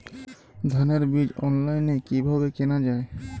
ধানের বীজ অনলাইনে কিভাবে কেনা যায়?